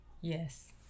Yes